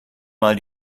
mal